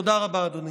תודה רבה, אדוני.